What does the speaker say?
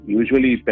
usually